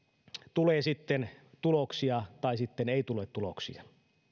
tulee sitten tuloksia tai sitten ei tule tuloksia